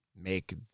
make